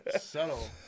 subtle